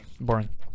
Boring